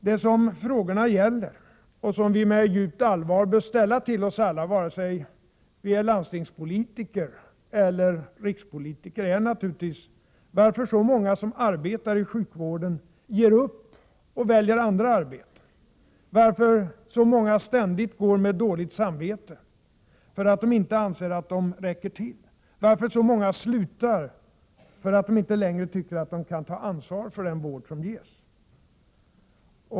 Det finns en rad frågor som vi alla med djupt allvar bör ställa oss, vare sig vi är landstingspolitiker eller rikspolitiker. Varför ger så många som arbetar i sjukvården upp och väljer andra arbeten? Varför går så många ständigt med dåligt samvete för att de anser att de inte räcker till? Varför slutar så många för att de inte längre tycker att de kan ta ansvar för den vård som ges?